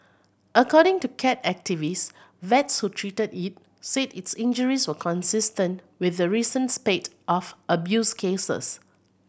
according to cat activist vets who treated it said its injuries were consistent with the recent spate of abuse cases